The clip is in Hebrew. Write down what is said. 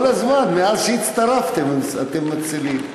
כל הזמן, מאז שהצטרפתם אתם מצילים.